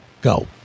Go